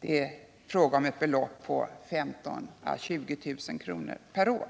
Det är fråga om ett belopp på 15000 å 20 000 kr. per år.